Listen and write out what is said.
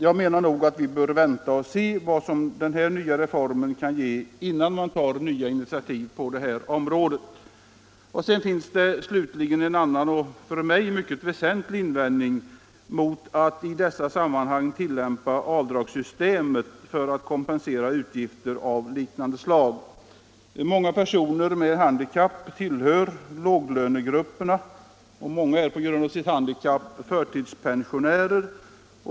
Vi bör nog vänta och se vad den här reformen kan ge innan vi tar nya initiativ på detta område. Sedan finns det en annan och för mig mycket väsentlig invändning mot att i detta sammanhang tillämpa avdragssystemet för att kompensera utgifter av detta slag. Många personer med handikapp tillhör låglönegrupperna, och många är på grund av sitt handikapp förtidspensionerade.